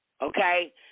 okay